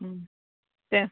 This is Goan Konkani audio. तेंच